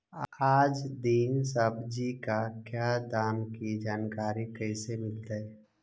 आज दीन सब्जी का क्या दाम की जानकारी कैसे मीलतय?